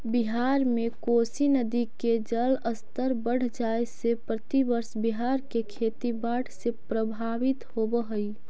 बिहार में कोसी नदी के जलस्तर बढ़ जाए से प्रतिवर्ष बिहार के खेती बाढ़ से प्रभावित होवऽ हई